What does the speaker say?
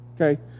okay